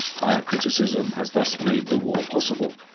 higher criticism has thus made the war possible